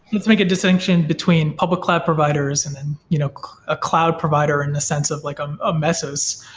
let's make a distinction between public cloud providers and then you know a cloud provider in the sense of like um a mesos.